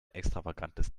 extravagantes